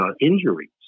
injuries